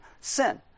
sin